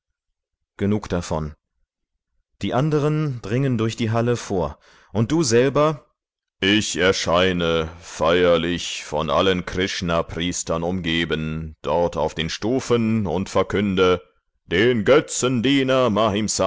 genug davon die anderen dringen durch die halle vor und du selber ich erscheine feierlich von allen krishna priestern umgeben dort auf den stufen und verkünde den götzendiener